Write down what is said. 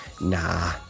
nah